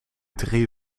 drie